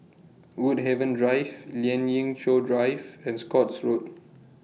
Woodhaven Drive Lien Ying Chow Drive and Scotts Road